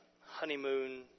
honeymoon